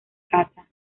casa